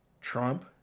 Trump